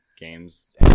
Games